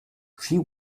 she